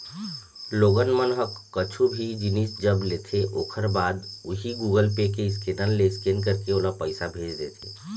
लोगन मन ह कुछु भी जिनिस जब लेथे ओखर बाद उही गुगल पे के स्केनर ले स्केन करके ओला पइसा भेज देथे